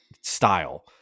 style